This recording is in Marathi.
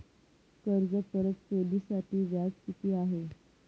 कर्ज परतफेडीसाठी व्याज किती आहे?